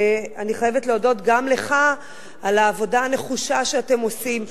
ואני חייבת להודות גם לך על העבודה הנחושה שאתם עושים,